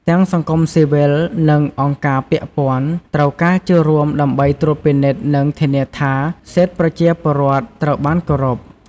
ទាំងសង្គមស៊ីវិល និងអង្គការពាក់ព័ន្ធ ត្រូវការចូលរួមដើម្បីត្រួតពិនិត្យនិងធានាថាសិទ្ធិប្រជាពលរដ្ឋត្រូវបានគោរព។